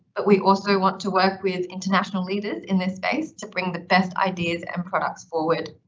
but we also want to work with international leaders in this space to bring the best ideas and products forward.